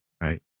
Right